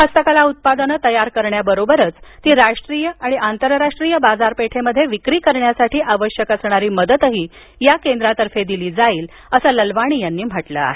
हस्तकला उत्पादनं तयार करण्याबरोबरच ती राष्ट्रीय आणि आंतरराष्ट्रीय बाजारपेठेमध्ये विक्री करण्यासाठी आवश्यक असणारी मदतही या केंद्रातर्फे दिली जाईल असं ललवाणी यांनी म्हटलं आहे